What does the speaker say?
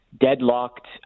deadlocked